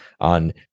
on